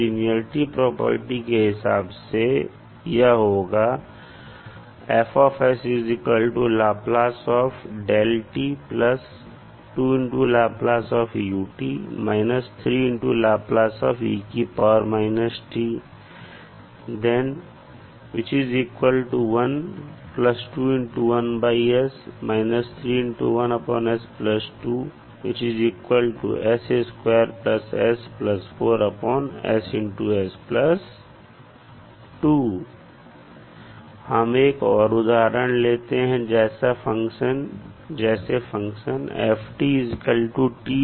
linearity property के हिसाब से यह होगा अब हम एक और उदाहरण लेते हैं जैसे function f t2sin 2t u